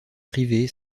privée